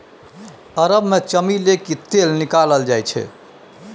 अरब मे चमेली केर तेल निकालल जाइ छै